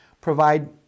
provide